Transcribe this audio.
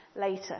later